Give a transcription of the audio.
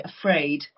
afraid